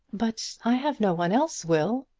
but i have no one else, will,